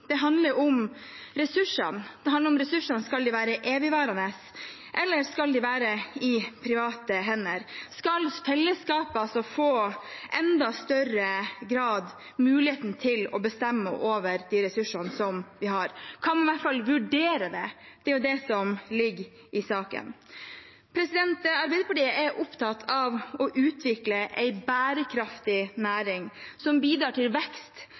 dette handler om et viktig verdispørsmål: Det handler om ressursene. Skal ressursene være evigvarende, eller skal de være på private hender? Skal fellesskapet i enda større grad få muligheten til å bestemme over de ressursene vi har? Kan man i hvert fall vurdere det? Det er det som ligger i saken. Arbeiderpartiet er opptatt av å utvikle en bærekraftig næring som bidrar til vekst,